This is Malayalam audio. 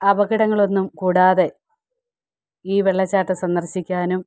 അപകടങ്ങളൊന്നും കൂടാതെ ഈ വെള്ളച്ചാട്ടം സന്ദർശിക്കാനും